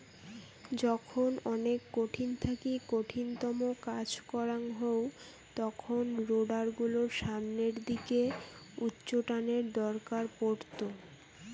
যখন অনেক কঠিন থাকি কঠিনতম কাজ করাং হউ তখন রোডার গুলোর সামনের দিকে উচ্চটানের দরকার পড়ত